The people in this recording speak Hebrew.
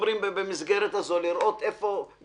במסגרת הזאת לראות איפה אפשר לתקן,